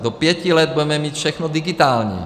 Do pěti let budeme mít všechno digitální.